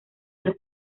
del